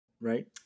right